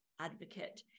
advocate